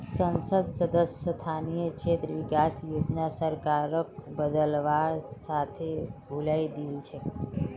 संसद सदस्य स्थानीय क्षेत्र विकास योजनार सरकारक बदलवार साथे भुलई दिल छेक